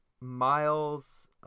Miles